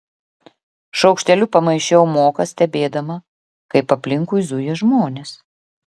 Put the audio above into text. šaukšteliu pamaišiau moką stebėdama kaip aplinkui zuja žmonės